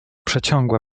przeciągła